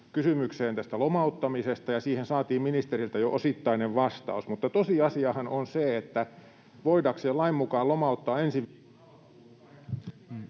kysymykseen lomauttamisesta, ja siihen saatiin ministeriltä jo osittainen vastaus, mutta tosiasiahan on se, että voidakseen lain mukaan lomauttaa... [Puhujan